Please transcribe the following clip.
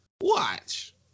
watch